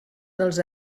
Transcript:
dels